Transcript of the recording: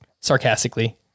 sarcastically